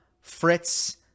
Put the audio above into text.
Fritz